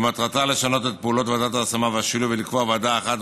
שמטרתה לשנות את פעולת ועדות ההשמה והשילוב ולקבוע ועדה אחת,